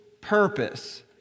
purpose